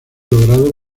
logrado